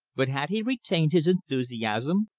but had he retained his enthusiasm?